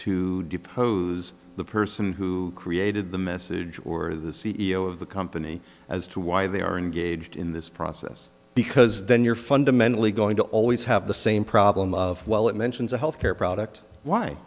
to depose the person who created the message or the c e o of the company as to why they are engaged in this process because then you're fundamentally going to always have the same problem of well it mentions a health care product